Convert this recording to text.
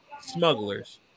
smugglers